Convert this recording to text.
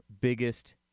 biggest